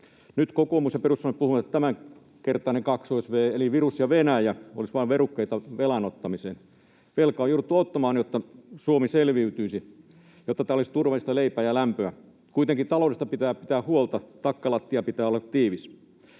Nyt kokoomus ja perussuomalaiset ovat puhuneet, että tämänkertainen ”kaksoisvee”, eli virus ja Venäjä, olisivat vain verukkeita velan ottamiseen. Velkaa on jouduttu ottamaan, jotta Suomi selviytyisi, jotta täällä olisi turvallista, leipää ja lämpöä. Kuitenkin taloudesta pitää pitää huolta, takkalattian pitää olla tiivis.